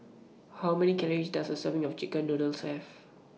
How Many Calories Does A Serving of Chicken Noodles Have